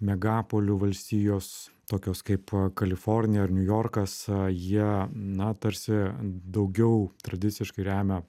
megapolių valstijos tokios kaip kalifornija ir niujorkas jie na tarsi daugiau tradiciškai remia